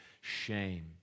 shame